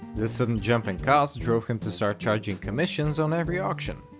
this sudden jump in costs drove him to start charging commissions on every auction.